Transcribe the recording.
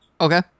Okay